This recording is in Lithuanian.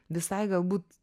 visai galbūt